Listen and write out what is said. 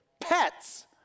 Pets